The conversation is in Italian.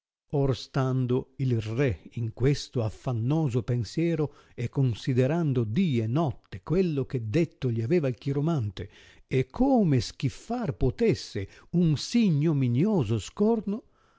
or stando il re in questo affannoso pensiero e considerando dì e notte quello che detto gli aveva il chiromante e come schiffar puotesse un sì ignominioso scorno